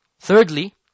Thirdly